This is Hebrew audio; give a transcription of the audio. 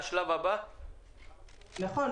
נכון.